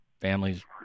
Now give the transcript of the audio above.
families